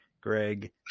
Greg